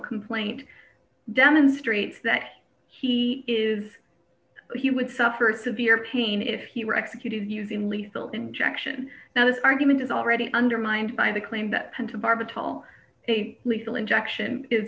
complaint demonstrates that he is he would suffer severe pain if he were executed using lethal injection now this argument is already undermined by the claim that point of arbitral a lethal injection is